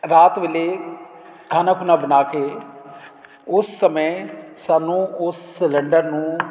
ਰਾਤ ਵੇਲੇ ਖਾਣਾ ਪੀਣਾ ਬਣਾ ਕੇ ਉਸ ਸਮੇਂ ਸਾਨੂੰ ਉਸ ਸਲੰਡਰ ਨੂੰ